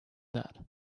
that